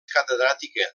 catedràtica